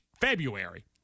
February